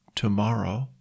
tomorrow